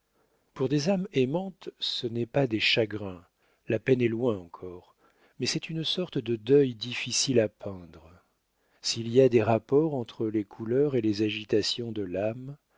pour des âmes aimantes ce n'est pas des chagrins la peine est loin encore mais c'est une sorte de deuil difficile à peindre s'il y a des rapports entre les couleurs et les agitations de l'âme